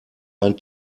ein